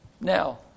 Now